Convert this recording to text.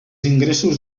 ingressos